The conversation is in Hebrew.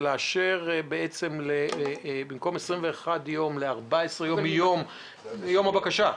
ולאשר בעצם ל-14 יום מיום הבקשה,